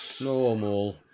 Normal